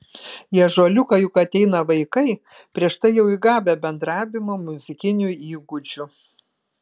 į ąžuoliuką juk ateina vaikai prieš tai jau įgavę bendravimo muzikinių įgūdžių